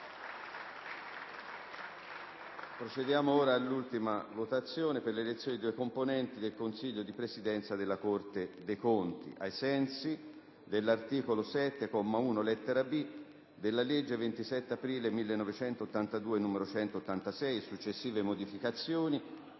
Procediamo ora alla votazione per l'elezione di due componenti del Consiglio di Presidenza della Corte dei conti,